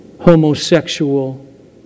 Homosexual